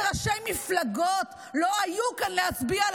איזה ראשי מפלגות לא היו כאן להצביע על